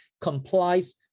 complies